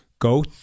go